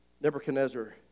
Nebuchadnezzar